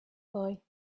boy